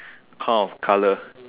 kind of colour